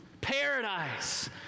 paradise